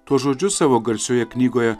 tuos žodžius savo garsioje knygoje